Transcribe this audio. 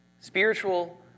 Spiritual